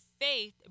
faith